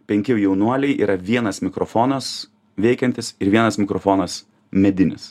penki jaunuoliai yra vienas mikrofonas veikiantis ir vienas mikrofonas medinis